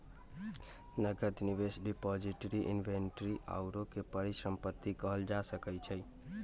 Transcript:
नकद, निवेश, depository, inventory आउरो के परिसंपत्ति कहल जा सकइ छइ